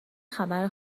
خبر